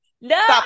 No